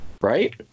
right